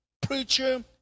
preacher